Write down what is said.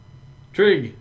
Trig